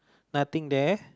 nothing there